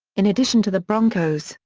in addition to the broncos,